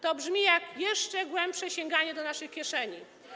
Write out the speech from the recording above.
To brzmi jak jeszcze głębsze sięganie do naszych kieszeni.